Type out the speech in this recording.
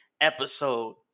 episode